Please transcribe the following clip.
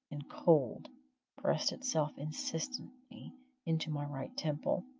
and cold pressed itself insistingly into my right temple.